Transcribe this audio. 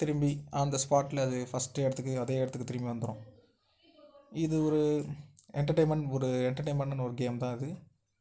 திரும்பி on the ஸ்பாட்டில் அது ஃபஸ்ட்டு இடத்துக்கு அதே இடத்துக்கு திரும்பி வந்துரும் இது ஒரு என்டர்டெயின்மெண்ட் ஒரு என்டர்டெயின்மெண்டுன்னு ஒரு கேம் தான் இது